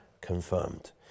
confirmed